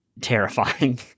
terrifying